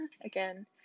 again